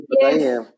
yes